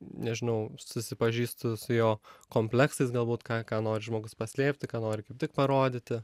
nežinau susipažįstu su jo kompleksais galbūt ką ką nori žmogus paslėpti ką nori kaip tik parodyti